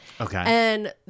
Okay